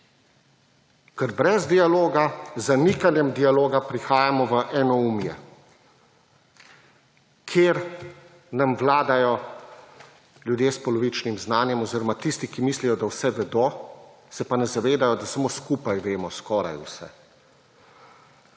ker brez dialoga, z zamikanjem dialoga, prihajamo v enoumje, kjer nam vladajo ljudje s polovičnim znanjem oziroma tisti, ki mislijo, da vse vedo, se pa ne zavedajo, da samo skupaj vemo skoraj vse.